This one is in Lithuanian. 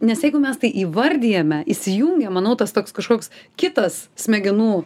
nes jeigu mes tai įvardijame įsijungia manau tas toks kažkoks kitas smegenų